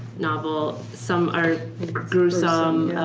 novel, some are gruesome,